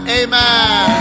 amen